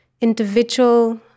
individual